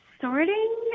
sorting